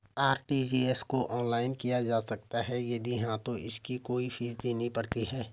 RTGS को online किया जा सकता है यदि हाँ तो इसकी कोई फीस देनी पड़ती है?